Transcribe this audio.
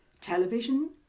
television